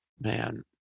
man